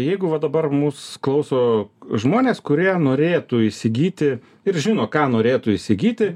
jeigu va dabar mus klauso žmonės kurie norėtų įsigyti ir žino ką norėtų įsigyti